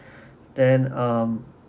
then um